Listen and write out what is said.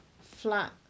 flat